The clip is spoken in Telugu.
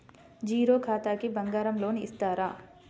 జీరో ఖాతాకి బంగారం లోన్ ఇస్తారా?